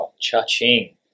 Cha-ching